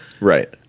right